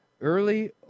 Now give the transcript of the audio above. early